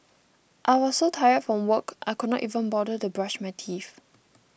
I was so tired from work I could not even bother to brush my teeth